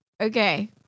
Okay